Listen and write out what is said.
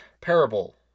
parable